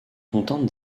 contente